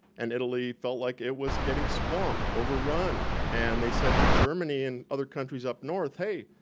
and italy felt like it was getting swamped, overrun, and they said to germany and other countries up north, hey,